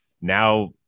now